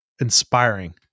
inspiring